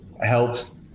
helps